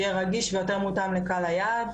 שיהיה רגיש ויותר מותאם לקהל היעד.